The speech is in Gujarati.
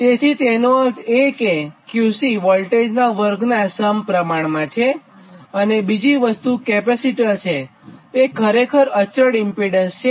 તેથી તેનો અર્થ એ છે કે QC વોલ્ટેજનાં વર્ગનાં સમપ્રમાણમાં હોય છે અને બીજી વસ્તુ કેપેસિટર છે તે ખરેખર અચળ ઇમ્પીડન્સ છે